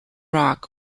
rock